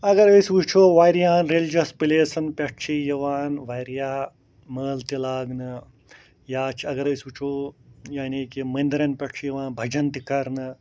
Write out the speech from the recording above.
اَگر أسۍ وٕچھو واریاہَن رٮ۪لِجَس پٔلٮ۪سَن پٮ۪ٹھ چھِ یِوان واریاہ مٲلہٕ تہِ لاگنہٕ یا چھِ اَگر أسۍ وٕچھو یعنے کہِ مٔندرَن پٮ۪ٹھ چھُ یِوان بَجن تہِ کرنہٕ